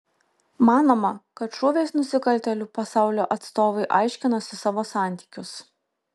manoma kad šūviais nusikaltėlių pasaulio atstovai aiškinosi savo santykius